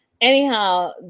Anyhow